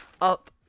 up